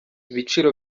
ibiciro